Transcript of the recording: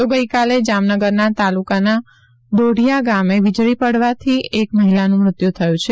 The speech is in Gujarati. તો ગઈકાલે જામનગરના તાલુકાના દોઢીયા ગામે વીજળી પડવાથી એક મહિલાનું મૃત્યું થયું છે